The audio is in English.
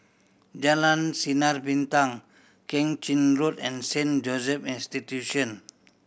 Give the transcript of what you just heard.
Jalan Sinar Bintang Keng Chin Road and Saint Joseph Institution